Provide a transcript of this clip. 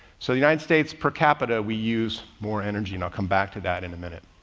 so the united states per capita, we use more energy and i'll come back to that in a minute.